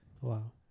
Wow